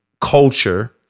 culture